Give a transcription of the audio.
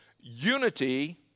Unity